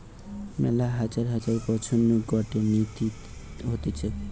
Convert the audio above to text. মেলা হাজার হাজার বছর নু গটে নীতি হতিছে